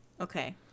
Okay